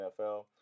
NFL